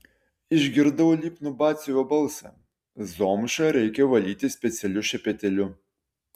išgirdau lipnų batsiuvio balsą zomšą reikia valyti specialiu šepetėliu